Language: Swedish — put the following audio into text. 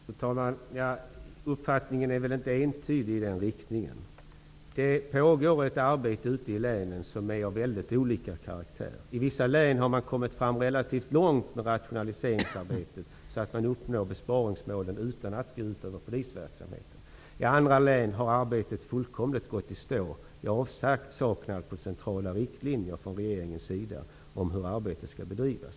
Fru talman! Uppfattningen är väl inte entydig i den riktningen. Det pågår ett arbete ute i länen som är av väldigt olika karaktär. I vissa län har man kommit fram relativt långt med rationaliseringsarbetet, så att man uppnår besparingsmålen utan att det går ut över polisverksamheten. I andra län har arbetet fullkomligt gått i stå i avsaknad av centrala riktlinjer från regeringens sida om hur arbetet skall bedrivas.